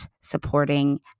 supporting